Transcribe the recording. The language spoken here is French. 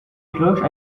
cloches